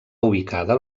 ubicada